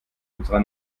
unserer